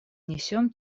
несем